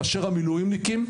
מאשר המילואימניקים,